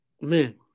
man